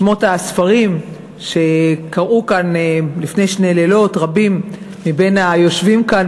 שמות הספרים שקראו כאן לפני שני לילות רבים מבין היושבים כאן,